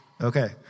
Okay